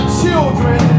children